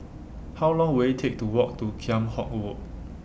How Long Will IT Take to Walk to Kheam Hock Road